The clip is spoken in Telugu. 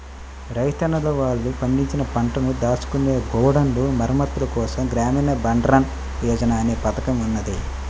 రైతన్నలు వాళ్ళు పండించిన పంటను దాచుకునే గోడౌన్ల మరమ్మత్తుల కోసం గ్రామీణ బండారన్ యోజన అనే పథకం ఉన్నది